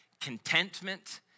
contentment